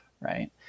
right